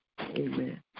Amen